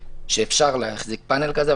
שאפשר להחזיק פאנל כזה,